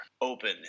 open